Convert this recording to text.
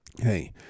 hey